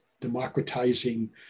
democratizing